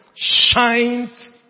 Shines